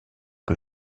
que